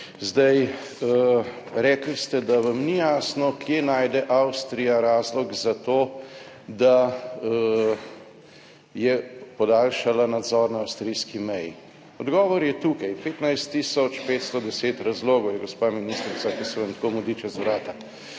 Zdaj, rekli ste, da vam ni jasno kje najde Avstrija razlog za to, da je podaljšala nadzor na avstrijski meji. Odgovor je tukaj, 15 tisoč 510 razlogov je - gospa ministrica, ki se vam tako mudi čez vrata